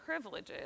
privileges